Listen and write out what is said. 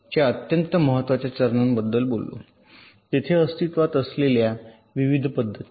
च्या अत्यंत महत्वाच्या चरणांबद्दल बोललो तेथे अस्तित्त्वात असलेल्या विविध पद्धती